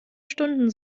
stunden